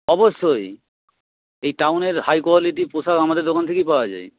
অবশ্যই এই টাউনের হাই কোয়ালিটি পোশাক আমাদের দোকান থেকেই পাওয়া যায়